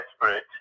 desperate